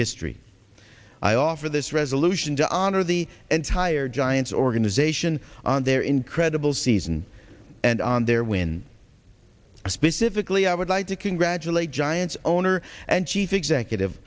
history i offer this resolution to honor the entire giants organization on their incredible season and on their win specifically i would like to congratulate giants owner and chief executive